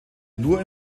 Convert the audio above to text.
nur